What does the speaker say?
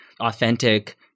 authentic